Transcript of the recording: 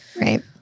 Right